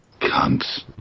cunts